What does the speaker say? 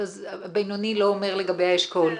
--- בינוני לא אומר לגבי האשכול.